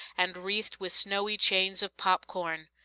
and wreathed with snowy chains of pop-corn.